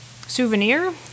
souvenir